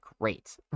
great